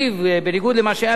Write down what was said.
בניגוד למה שהיה בעבר,